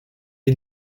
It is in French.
est